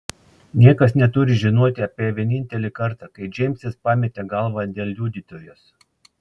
niekas neturi žinoti apie vienintelį kartą kai džeimsas pametė galvą dėl liudytojos